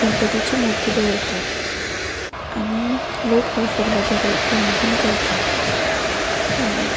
गणपतीची म्हुर्ती दवरतात लोक हें सगळें बरे उमेदीन करतात